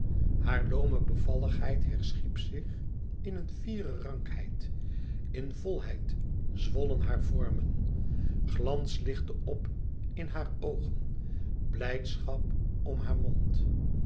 haar loome bevalligheid herschiep zich in een fiere rankheid in volheid zwollen hare vormen glans lichtte op in haar oogen blijdschap om haar mond